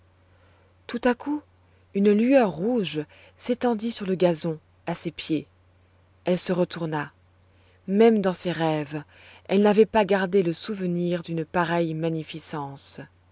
tout à coup une lueur rouge s'étendit sur le gazon à ses pieds elle se retourna même dans ses rêves elle n'avait pas gardé le souvenir d'une pareille magnificence